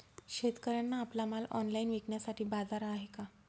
शेतकऱ्यांना आपला माल ऑनलाइन विकण्यासाठी बाजार आहे का?